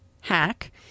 hack